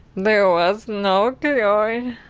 there was no cure. yeah ah i